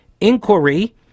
inquiry